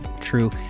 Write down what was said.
true